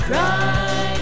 Cry